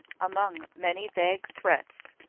among many vague threats,